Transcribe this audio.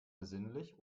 besinnlich